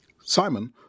Simon